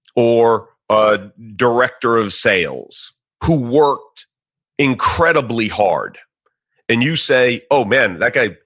or a director of sales who worked incredibly hard and you say, oh man, that guy,